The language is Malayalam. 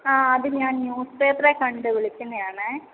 ആ അത് ഞാൻ ന്യൂസ് പേപ്പറിൽ കണ്ട് വിളിക്കുന്നതാണേ